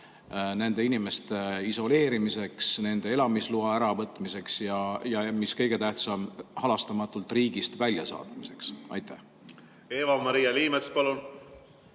nende inimeste isoleerimiseks, nendelt elamisloa äravõtmiseks, ja mis kõige tähtsam, halastamatult riigist väljasaatmiseks? Aitäh, härra esimees!